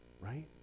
Right